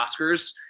Oscars